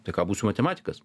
tai ką būsiu matematikas